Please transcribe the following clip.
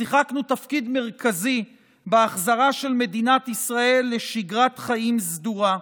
שיחקנו תפקיד מרכזי בהחזרה של מדינת ישראל לשגרת חיים סדורה.